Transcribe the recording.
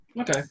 okay